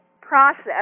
process